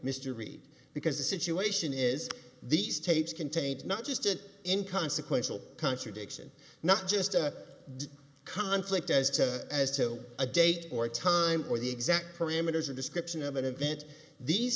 mr reed because the situation is these tapes contained not just in consequential contradiction not just a conflict as to as to a date or time or the exact parameters a description of an event these